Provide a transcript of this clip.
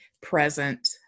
present